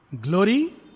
glory